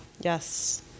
Yes